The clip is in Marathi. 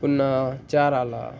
पुन्हा चार आला